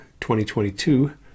2022